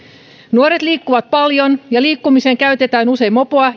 nuoret liikkuvat paljon ja liikkumiseen käytetään usein mopoa